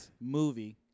movie